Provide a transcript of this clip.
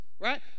right